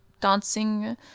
dancing